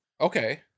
Okay